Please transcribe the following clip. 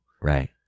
Right